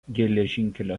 geležinkelio